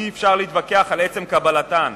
אי-אפשר להתווכח על עצם קבלתן.